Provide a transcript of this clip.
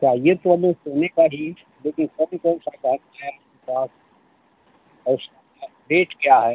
चाहिए तो हमें सोने का ही लेकिन और रेट क्या है